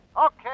Okay